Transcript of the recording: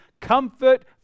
comfort